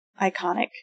iconic